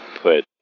put